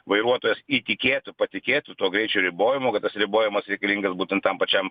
vairuotojas įtikėtų patikėtų tuo greičio ribojimu kad tas ribojamas reikalingas būtent tam pačiam